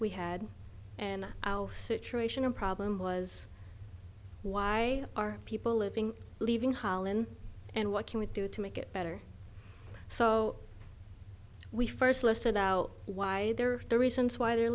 we had and our situation and problem was why are people living leaving holland and what can we do to make it better so we first listed out why there are the reasons why they're